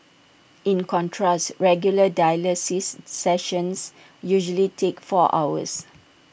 in contrast regular dialysis sessions usually take four hours